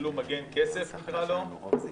שקיבלו מגן כסף, נקרא לו,